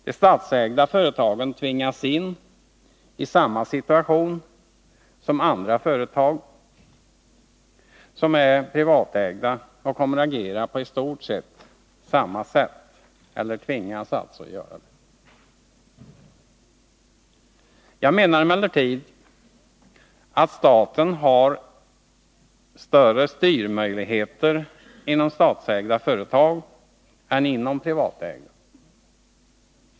De statsägda företagen tvingas in i samma situation som andra, privatägda, företag och tvingas således att agera på i stort sett samma sätt. Jag menar emellertid att staten har större styrmöjligheter inom statsägda företag än inom privatägda.